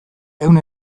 ehun